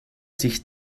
sich